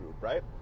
right